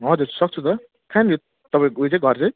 हजुर सक्छु त कहाँनेरि तपाईँको उयो चाहिँ घर चाहिँ